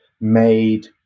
made